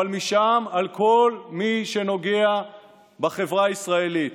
אבל משם, על כל מי שנוגע בחברה הישראלית.